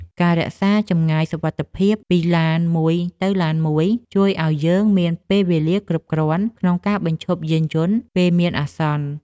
ការរក្សាចម្ងាយសុវត្ថិភាពពីឡានមួយទៅឡានមួយជួយឱ្យយើងមានពេលគ្រប់គ្រាន់ក្នុងការបញ្ឈប់យានយន្តពេលមានអាសន្ន។